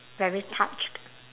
very touched